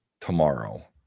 tomorrow